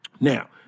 Now